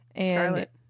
Scarlet